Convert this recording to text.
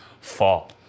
fall